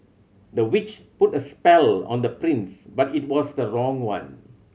the witch put a spell on the prince but it was the wrong one